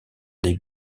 des